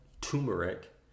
turmeric